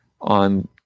on